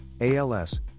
ALS